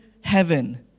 heaven